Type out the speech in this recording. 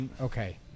okay